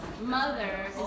mother